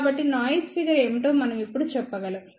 కాబట్టి noise figure ఏమిటో మనం ఇప్పుడు చెప్పగలం